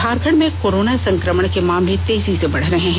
झारखंड में कोरोना संक्रमण के मामले तेजी से बढ़ रहे हैं